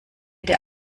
der